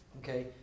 Okay